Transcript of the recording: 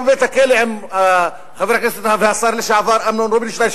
בבית-הכלא עם חבר הכנסת והשר לשעבר אמנון רובינשטיין,